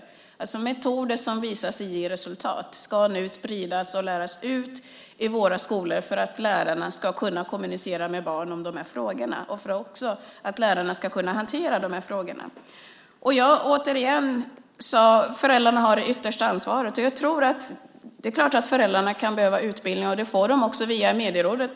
Det betyder att metoder som visat sig ge resultat nu ska spridas och läras ut i våra skolor för att lärarna ska kunna kommunicera med barnen om de här frågorna och också för att lärarna ska kunna hantera de här frågorna. Jag sade återigen att föräldrarna har det yttersta ansvaret. Det är klart att föräldrarna kan behöva utbildning, och det får de också via Medierådet.